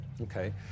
Okay